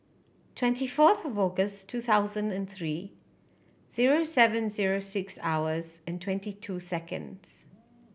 twenty fourth August two thousand and three zero seven zero six hours and twenty two seconds